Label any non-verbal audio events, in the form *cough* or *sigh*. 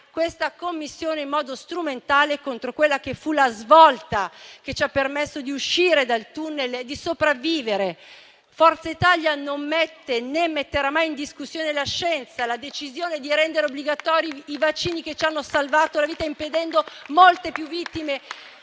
questa Commissione in modo strumentale contro quella che fu la svolta che ci ha permesso di uscire dal tunnel e di sopravvivere. Forza Italia non mette, né metterà mai in discussione la scienza e la decisione di rendere obbligatori i vaccini che ci hanno salvato la vita, *applause* impedendo molte più vittime